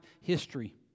history